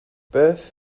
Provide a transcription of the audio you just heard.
beth